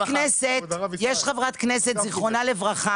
יש חברת כנסת זיכרונה לברכה,